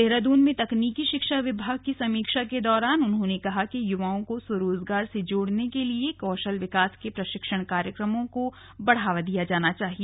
देहरादून में तकनीकि शिक्षा विभाग की समीक्षा के दौरान उन्होंने कहा कि युवाओं को स्वरोजगार से जोड़ने के लिए कौशल विकास के प्रशिक्षण कार्यक्रमों को बढ़ावा दिया जाना चाहिए